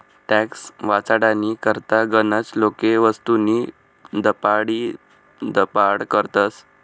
tax वाचाडानी करता गनच लोके वस्तूस्नी दपाडीदपाड करतस